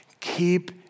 Keep